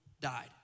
died